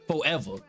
forever